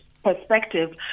Perspective